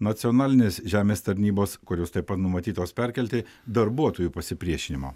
nacionalinės žemės tarnybos kurios taip pat numatytos perkelti darbuotojų pasipriešinimo